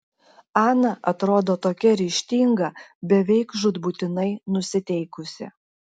ana atrodo tokia ryžtinga beveik žūtbūtinai nusiteikusi